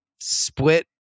split